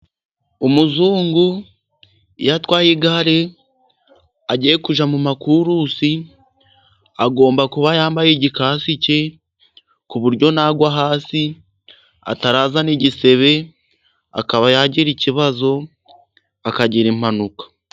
Umuzungu iyo atwaye igare agiye kujya mu makurusi, agomba kuba yambaye igikasike, ku buryo nagwa hasi atarazana igisebe, akaba yagira ikibazo akagira impanuka.